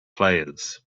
players